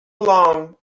along